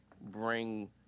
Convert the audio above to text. bring